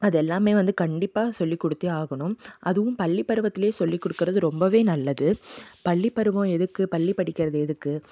அது எல்லாமே வந்து கண்டிப்பாக சொல்லிக்கொடுத்தே ஆகணும் அதுவும் பள்ளி பருவத்துலேயே சொல்லிகொடுக்கிறது ரொம்பவே நல்லது பள்ளி பருவம் எதுக்கு பள்ளி படிக்கிறது எதுக்கு